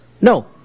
No